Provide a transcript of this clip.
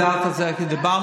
את יודעת את זה כי דיברנו,